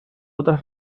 otras